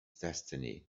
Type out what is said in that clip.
destiny